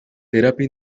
terapia